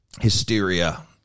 hysteria